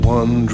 one